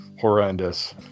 horrendous